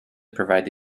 provide